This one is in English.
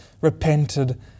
repented